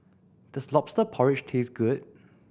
does Lobster Porridge taste good